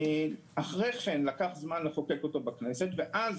אחרי כן לקח זמן לחוקק אותו בכנסת ואז